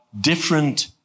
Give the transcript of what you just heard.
different